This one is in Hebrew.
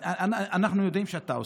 אנחנו יודעים שאתה עושה,